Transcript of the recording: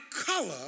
color